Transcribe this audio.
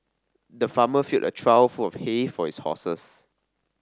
the farmer filled a trough full of hay for his horses